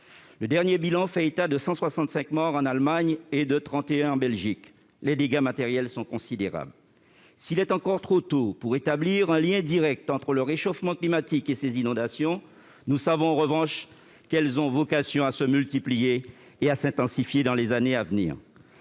Le dernier bilan fait état de 165 morts en Allemagne et de 31 morts en Belgique. Les dégâts matériels sont considérables. S'il est encore trop tôt pour établir un lien direct entre le réchauffement climatique et ces inondations, nous savons en revanche qu'elles ont vocation à se multiplier et à s'intensifier dans les années à venir.